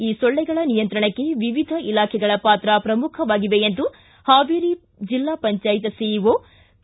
ಈ ಸೊಳ್ಳೆಗಳ ನಿಯಂತ್ರಣಕ್ಕೆ ವಿವಿಧ ಇಲಾಖೆಗಳ ಪಾತ್ರ ಪ್ರಮುಖವಾಗಿವೆ ಎಂದು ಪಾವೇರಿ ಪಂಚಾಯತ್ ಪಂಚಾಯತ್ ಸಿಇಒ ಕೆ